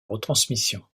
retransmission